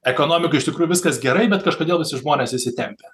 ekonomika iš tikrųjų viskas gerai bet kažkodėl visi žmonės įsitempę